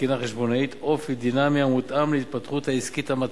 לתקינה החשבונאית אופי דינמי המותאם להתפתחות העסקית המתמדת,